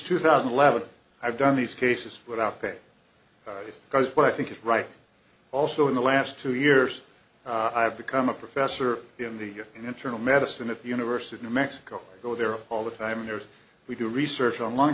two thousand level i've done these cases without pay because what i think is right also in the last two years i have become a professor in the internal medicine at the university of mexico go there all the time there we do research on lung